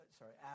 sorry